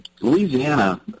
Louisiana